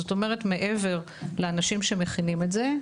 זאת אומרת מעבר לאנשים שמכינים את זה,